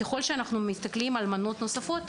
ככל שאנחנו מסתכלים על מנות נוספות